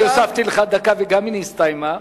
אני הוספתי לך דקה וגם היא נסתיימה.